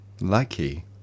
lucky